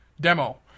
demo